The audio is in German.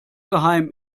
geheim